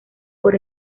por